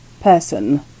person